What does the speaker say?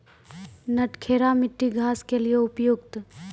नटखेरा मिट्टी घास के लिए उपयुक्त?